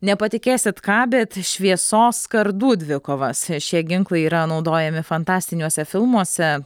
nepatikėsite ką bet šviesos kardų dvikovas šie ginklai yra naudojami fantastiniuose filmuose